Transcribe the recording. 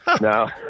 No